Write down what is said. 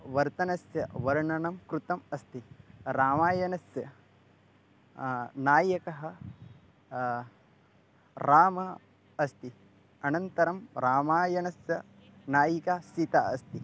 वर्तनस्य वर्णनं कृतम् अस्ति रामायणस्य नायकः रामः अस्ति अनन्तरं रामायणस्य नायिका सीता अस्ति